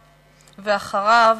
ואחריו,